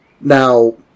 Now